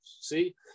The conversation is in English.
see